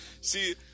See